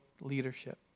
leadership